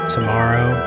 Tomorrow